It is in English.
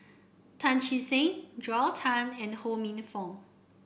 Tan Che Sang Joel Tan and Ho Minfong